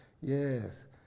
yes